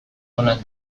onak